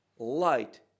Light